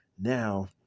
Now